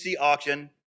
auction